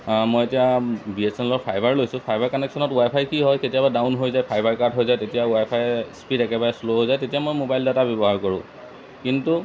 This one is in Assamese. মই এতিয়া বি এছ এন এলৰ ফাইভাৰ লৈছোঁ ফাইভাৰ কানেকশ্যনত ৱাইফাই কি হয় কেতিয়াবা ডাউন হৈ যায় ফাইভাৰ কাট হৈ যায় তেতিয়া ৱাইফাই স্পীড একেবাৰে শ্ল' হৈ যায় তেতিয়া মই মোবাইল ডাটা ব্যৱহাৰ কৰোঁ কিন্তু